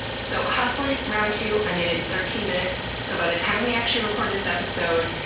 so hustling, round two, i made it in thirteen minutes. so by the time we actually recorded this episode,